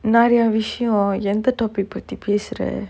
நிறைய விஷயோ எந்த:niraiya vishayo entha topic பத்தி பேசுற:pathi pesura